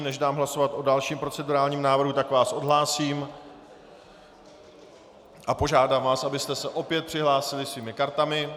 Než dám hlasovat o dalším procedurálním návrhu, tak vás odhlásím a požádám vás, abyste se opět přihlásili svými kartami.